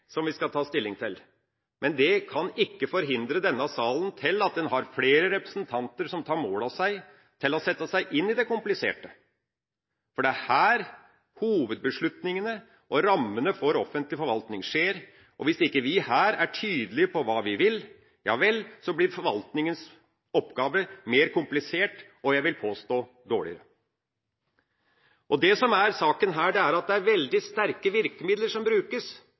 men det kan ikke forhindre denne salen i å ha flere representanter som tar mål av seg til å sette seg inn i det kompliserte, for det er her hovedbeslutningene for rammene for offentlig forvaltning skjer. Hvis ikke vi her er tydelige på hva vi vil, så blir forvaltningens oppgave mer komplisert og jeg vil påstå dårligere. Det som er saken her, er at det er veldig sterke virkemidler som brukes